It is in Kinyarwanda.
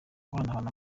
guhanahana